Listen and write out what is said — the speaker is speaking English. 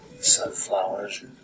sunflowers